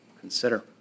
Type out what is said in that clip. consider